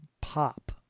pop